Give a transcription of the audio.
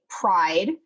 pride